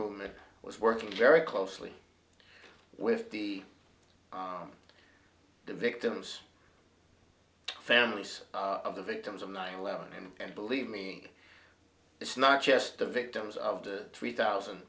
movement was working very closely with the the victims families of the victims of nine eleven and believe me it's not just the victims of the three thousand